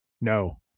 no